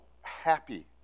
happy